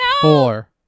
Four